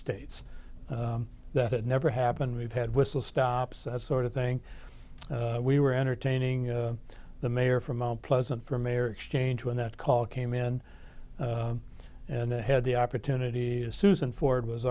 states that it never happened we've had whistle stops that sort of thing we were entertaining the mayor from mount pleasant for mayor exchange when that call came in and had the opportunity susan ford was